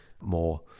more